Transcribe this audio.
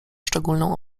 szczególną